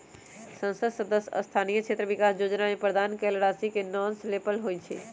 संसद सदस्य स्थानीय क्षेत्र विकास जोजना में प्रदान कएल गेल राशि नॉन लैप्सबल होइ छइ